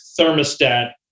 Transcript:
thermostat